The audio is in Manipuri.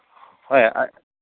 ꯍꯣꯏ